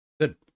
good